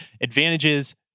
advantages